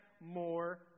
more